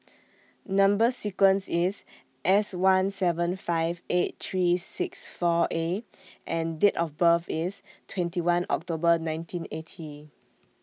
Number sequence IS S one seven five eight three six four A and Date of birth IS twenty one October nineteen eighty